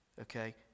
okay